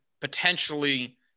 potentially